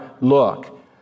look